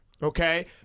Okay